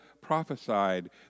prophesied